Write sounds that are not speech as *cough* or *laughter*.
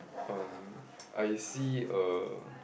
um *noise* I see a